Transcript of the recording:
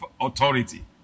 authority